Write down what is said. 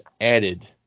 added